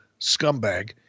scumbag